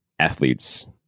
athletes